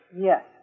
Yes